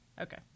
Okay